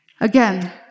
Again